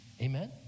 Amen